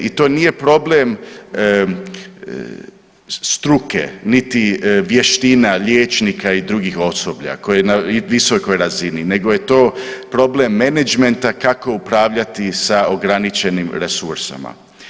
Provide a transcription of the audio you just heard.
I to nije problem struke, niti vještina liječnika i drugih osoblja na visokoj razini nego je to problem menadžmenta kako upravljati sa ograničenim resursima.